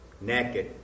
Naked